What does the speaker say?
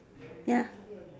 ya